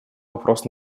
вопрос